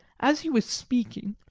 as he was speaking,